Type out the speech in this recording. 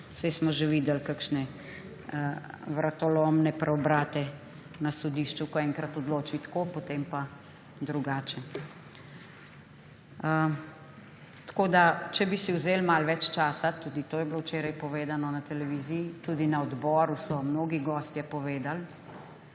saj smo že videli kakšne vratolomne preobrate na sodišču, ko enkrat odloči tako, potem pa drugače. Če bi si vzeli malo več časa, tudi to je bilo včeraj povedano na televiziji, tudi na odboru so mnogi gostje povedali,